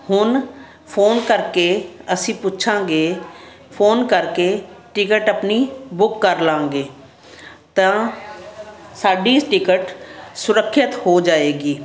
ਹੁਣ ਫੋਨ ਕਰਕੇ ਅਸੀਂ ਪੁੱਛਾਂਗੇ ਫੋਨ ਕਰਕੇ ਟਿਕਟ ਆਪਣੀ ਬੁੱਕ ਕਰ ਲਵਾਂਗੇ ਤਾਂ ਸਾਡੀ ਟਿਕਟ ਸੁਰੱਖਿਅਤ ਹੋ ਜਾਏਗੀ